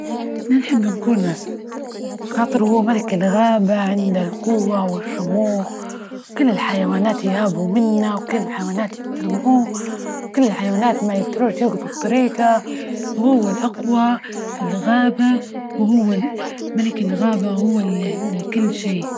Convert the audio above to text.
نحب نكون أسد خاطر هو ملك الغابة عند القوة والشموخ كل الحيوانات يهابوا منا وكل الحيوانات يحترموه وكل الحيوانات ما يقدروش يوقفوا بطريجه وهو الأقوى في الغابة وهو ال- ملك الغابة هو اللي عنده كل شئ.